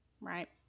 right